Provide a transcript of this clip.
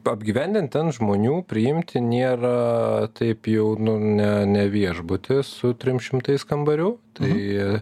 apgyvendint ten žmonių priimti nėra taip jau nu ne ne viešbutis su trim šimtais kambarių tai